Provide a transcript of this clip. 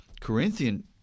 Corinthian